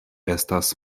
estas